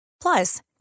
Plus